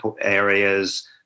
areas